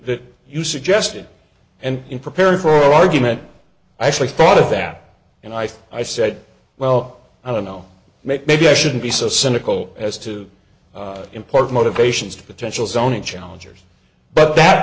that you suggested and in preparing for argument i actually thought of that and i think i said well i don't know maybe i shouldn't be so cynical as to impart motivations to potential zoning challengers but that